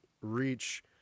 reach